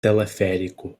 teleférico